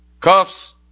Cuffs